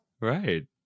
Right